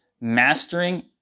mastering